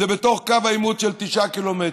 זה בתוך קו העימות של 9 קילומטרים.